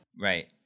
Right